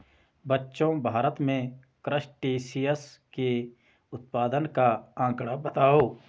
बच्चों भारत में क्रस्टेशियंस के उत्पादन का आंकड़ा बताओ?